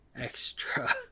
Extra